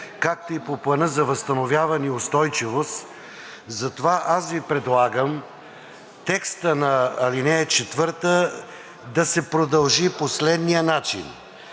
както и по Плана за възстановяване и устойчивост. Затова аз Ви предлагам текста на ал. 4 да се продължи по следния начин: